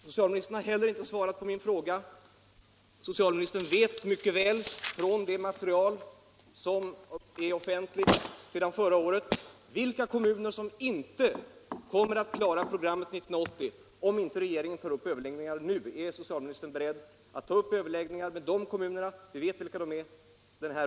Socialministern vet mycket väl genom det material som sedan förra året är offentligt vilka kommuner som 1980 inte kommer att ha klarat programmet, om inte regeringen nu tar upp överläggningar med dem. Är socialministern beredd att under våren ta upp överläggningar med de kommunerna? Vi vet vilka de är.